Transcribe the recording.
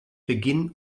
beginn